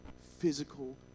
physical